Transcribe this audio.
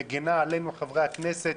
מגינה עלינו, חברי הכנסת,